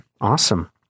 awesome